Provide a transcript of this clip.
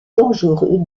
dangereux